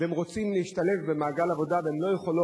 והן רוצות להשתלב במעגל העבודה והן לא יכולות.